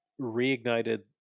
reignited